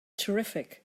terrific